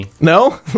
No